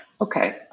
Okay